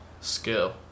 skill